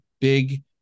big